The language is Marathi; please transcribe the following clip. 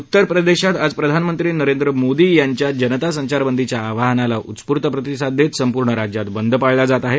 उत्तरप्रदेशात आज प्रधानमंत्री नरेंद्र मादी यांच्या जनता संचारबंदीच्या आवाहनाला उत्स्फूर्व प्रतिसाद देत संपूर्ण राज्यात बंद पाळला जात आहे